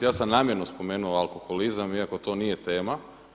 Ja sam namjerno spomenuo alkoholizam iako to nije tema.